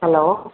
hello